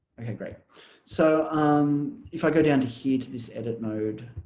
okay great so um if i go down to here to this edit mode.